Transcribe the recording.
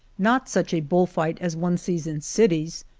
not such a bull fight as one sees in cities,